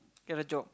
get a job